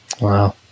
wow